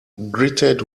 greeted